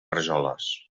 rajoles